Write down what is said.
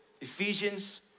Ephesians